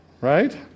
Right